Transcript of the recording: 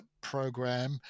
program